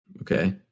Okay